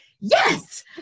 Yes